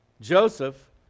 Joseph